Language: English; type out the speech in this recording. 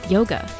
Yoga